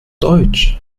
deutsch